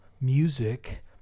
music